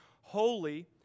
holy